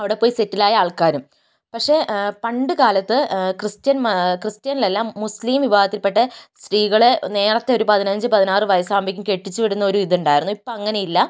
അവിടെ പോയി സെറ്റിലായ ആൾക്കാരും പക്ഷേ പണ്ട് കാലത്ത് ക്രിസ്ത്യൻ മ ക്രിസ്ത്യനിലല്ല മുസ്ലിം വിഭാഗത്തിൽപ്പെട്ട സ്ത്രീകളെ നേരത്തെ ഒരു പതിനഞ്ച് പതിനാറ് വയസ്സാകുമ്പോഴേക്കും കെട്ടിച്ച് വിടുന്നൊരു ഇതുണ്ടായിരുന്നു ഇപ്പം അങ്ങനെ ഇല്ല